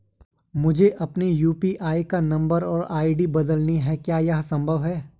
मुझे अपने यु.पी.आई का नम्बर और आई.डी बदलनी है क्या यह संभव है?